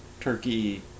turkey